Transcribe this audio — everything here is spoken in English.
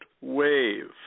wave